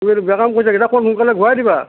তুমি এইটো বেয়া কাম কৰিছা কিতাপখন সোনকালে ঘূৰাই দিবা